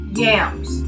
yams